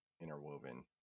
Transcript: interwoven